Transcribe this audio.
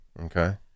Okay